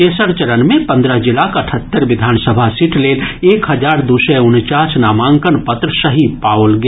तेसर चरण मे पन्द्रह जिलाक अठहत्तरि विधानसभा सीट लेल एक हजार दू सय उनचास नामांकन पत्र सही पाओल गेल